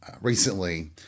recently